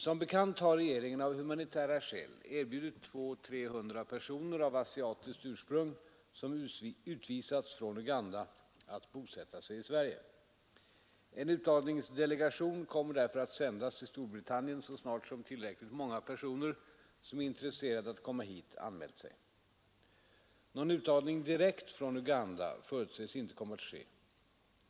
Som bekant har regeringen av humanitära skäl erbjudit 200-300 personer av asiatiskt ursprung, som utvisats från Uganda, att bosätta sig i Sverige. En uttagningsdelegation kommer därför att sändas till Storbritannien så snart som tillräckligt många personer, som är intresserade att komma hit, anmält sig. Någon uttagning direkt från Uganda förutses inte komma att ske.